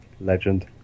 Legend